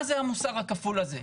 מה זה המוסר הכפול הזה?